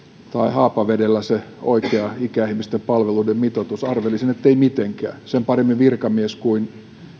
haapavedellä oikea ikäihmisten palveluiden mitoitus arvelisin ettei mitenkään sen paremmin virkamies kuin